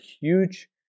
huge